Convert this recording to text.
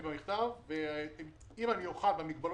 למעשה כל העניין הזה נתון כרגע בחקירה משטרתית.